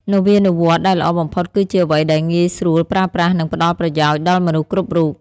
នវានុវត្តន៍ដែលល្អបំផុតគឺជាអ្វីដែលងាយស្រួលប្រើប្រាស់ និងផ្ដល់ប្រយោជន៍ដល់មនុស្សគ្រប់រូប។